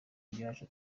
ibyacu